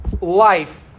life